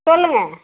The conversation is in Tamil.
சொல்லுங்க